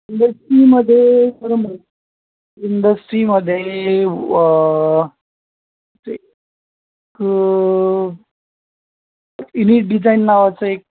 इंडस्ट्रीमध्ये इंडस्ट्रीमध्ये ते क इलिट डिजाईन नावाचं एक